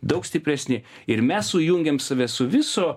daug stipresni ir mes sujungiam save su viso